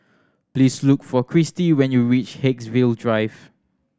please look for Kristi when you reach Haigsville Drive